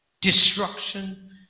destruction